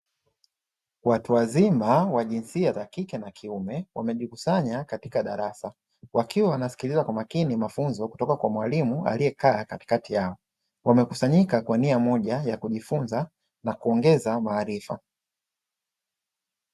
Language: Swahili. Watu wazima wa jinsia za kike na kiume, wamejikusanya katika darasa, wakiwa wanasikiliza kwa makini mafunzo yanayotoka kwa mwalimu wao aliyekaa katikati yao, wamekusanyika kwa nia moja na kuongeza maarifa.